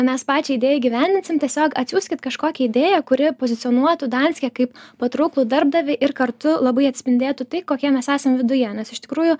mes pačią idėją įgyvendinsim tiesiog atsiųskit kažkokią idėją kuri pozicionuotų danske kaip patrauklų darbdavį ir kartu labai atspindėtų tai kokie mes esam viduje nes iš tikrųjų